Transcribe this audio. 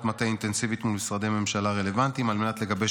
מטה אינטנסיבית מול משרדי ממשלה רלוונטיים על מנת לגבש